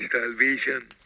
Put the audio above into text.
salvation